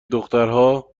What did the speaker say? دخترها